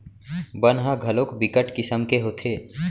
बन ह घलोक बिकट किसम के होथे